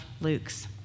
Luke's